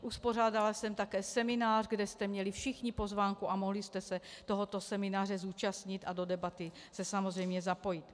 Uspořádala jsem také seminář, kde jste měli všichni pozvánku a mohli jste se tohoto semináře zúčastnit a do debaty se samozřejmě zapojit.